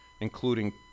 including